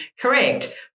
correct